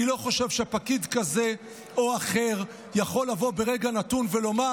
אני לא חושב שפקיד כזה או אחר יכול לבוא ברגע נתון ולומר: